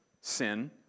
sin